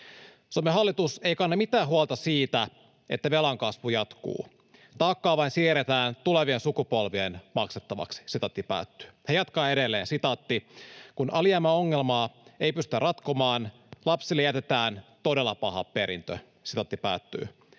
”Suomen hallitus ei kanna mitään huolta siitä, että velan kasvu jatkuu. Taakkaa vain siirretään tulevien sukupolvien maksettavaksi.” Hän jatkaa edelleen: ”Kun alijäämäongelmaa ei pystytä ratkomaan, lapsille jätetään todella paha perintö.” Todella paha